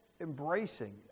embracing